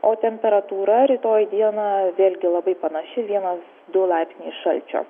o temperatūra rytoj dieną vėlgi labai panaši vienas du laipsniai šalčio